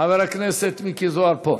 חבר הכנסת מיקי זוהר פה.